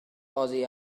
oddi